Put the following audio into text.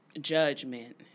judgment